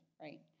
right